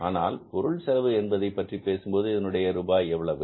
ஆனால் பொருள் செலவு என்பதை பற்றி பேசும் போது இதனுடைய ரூபாய் எவ்வளவு